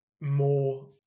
more